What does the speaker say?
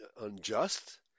unjust